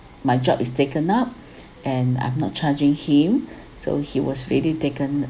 my job is taken up and I have not charging him so he was really taken